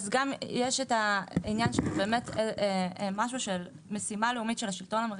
יש העניין של משימה לאומית של השלטון המרכזי.